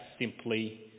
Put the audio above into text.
simply